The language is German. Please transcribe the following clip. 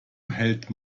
hält